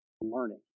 learning